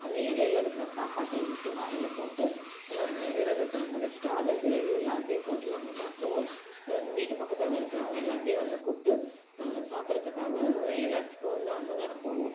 அந்த இலையில இருக்கிற சாப்பாட்டை எடுத்து வாயில் போட்டு விரதத்தை முடிச்சிவிட்டு அதன் பிறகு எல்லாத்தையும் போட்டு நாங்கள் சாப்பிடுவோம் வீட்டு பக்கத்தால் இருக்கிறவங்க எல்லாத்தையும் வந்து கூப்பிட்டு சாப்பிட்றதுக்காக எல்லாத்துக்கும் வந்து அன்னதானம் போடுவோம்